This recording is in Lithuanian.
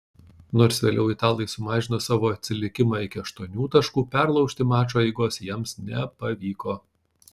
nors vėliau italai sumažino savo atsilikimą iki aštuonių taškų perlaužti mačo eigos jiems nepavyko